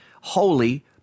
holy